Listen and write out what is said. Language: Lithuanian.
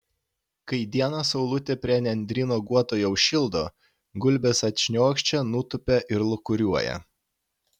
kai dieną saulutė prie nendryno guoto jau šildo gulbės atšniokščia nutūpia ir lūkuriuoja